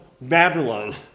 Babylon